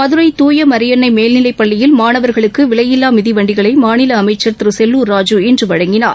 மதுரை தூய மரியன்ளை மேல்நிலைப்பள்ளியில் மாணவர்களுக்கு விலையில்லா மிதிவண்டிகளை மாநில அமைச்சர் திரு செல்லூர் ராஜூ இன்று வழங்கினார்